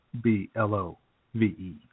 B-L-O-V-E